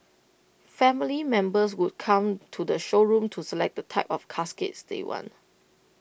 family members would come to the showroom to select the type of caskets they want